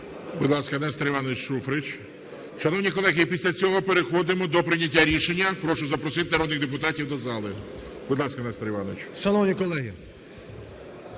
Будь ласка, Нестор Іванович Шуфрич. Шановні колеги, після цього переходимо до прийняття рішення. Прошу запросити народних депутатів до зали. Будь ласка, Нестор Іванович. 11:55:47